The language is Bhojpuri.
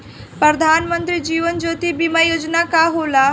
प्रधानमंत्री जीवन ज्योति बीमा योजना का होला?